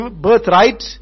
birthright